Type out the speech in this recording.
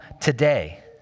today